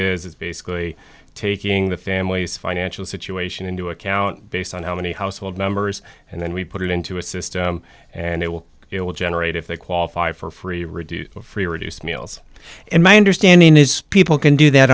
is is basically taking the family's financial situation into account based on how many household members and then we put it into a system and it will it will generate if they qualify for free reduced free reduced meals and my understanding is people can do that